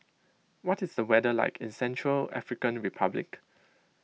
what is the weather like in Central African Republic